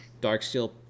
Darksteel